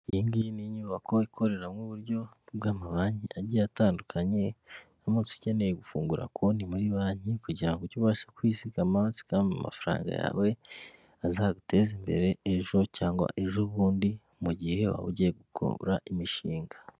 Iyi ngiyi ni inyubako ikoreramo uburyo bw'amabanki agiye atandukanye, uramutse ukeneye gufungura konti muri banki kugira ngo ujye ubasha kwizigama, uzigame amafaranga yawe, azaguteza imbere ejo cyangwa ejobundi mu gihe waba ugiye gukora imishinga.